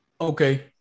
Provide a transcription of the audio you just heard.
Okay